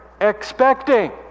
expecting